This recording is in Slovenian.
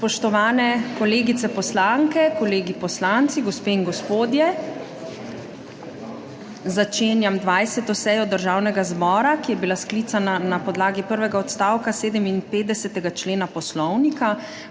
Spoštovane kolegice poslanke, kolegi poslanci, gospe in gospodje! Začenjam 20. sejo Državnega zbora, ki je bila sklicana na podlagi prvega odstavka 57. člena Poslovnika.